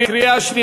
(תיקון,